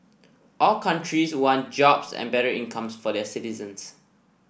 all countries want jobs and better incomes for the citizens